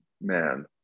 man